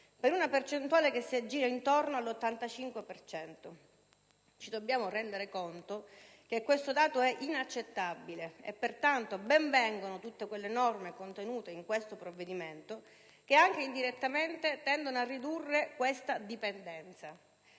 per una percentuale che si aggira intorno all'85 per cento. Ci dobbiamo rendere conto che questo dato è inaccettabile e, pertanto, ben vengano tutte le norme contenute in questo provvedimento che, anche indirettamente, tendono a ridurre tale dipendenza.